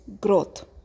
growth